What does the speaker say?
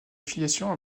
affiliation